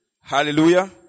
Hallelujah